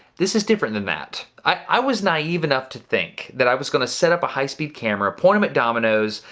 this is different than that. i was naive enough to think that i was gonna set up a high-speed camera, point em at dominoes,